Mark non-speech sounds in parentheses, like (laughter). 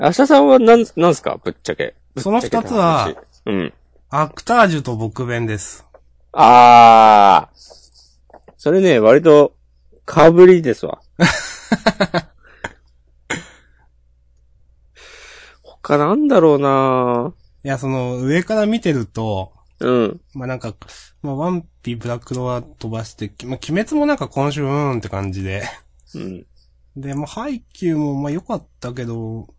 芦田さんはなん- なんすか？ぶっちゃけ。ぶっちゃけその二つは、な話。うん。アクタージュとぼく勉です。あー。それね、割と被りですわ。 (laughs) 他なんだろうなぁ。いや、その上から見てると、うん。まあなんか、まあワンピ、ブラクロは飛ばして、き- まあ鬼滅もなんか今週うーんって感じで。うん。で、まあ、ハイキューもまあ良かったけど、